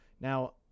Now